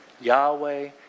Yahweh